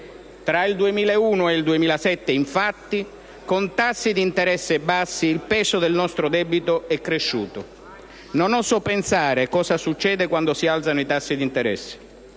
Tra il 2001 e il 2007, infatti, con tassi di interesse bassi, il peso del nostro debito è cresciuto. Non oso pensare cosa succede quando si alzano i tassi di interesse.